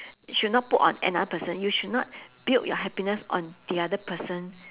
you should not put on another person you should not build your happiness on the other person